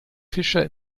fischer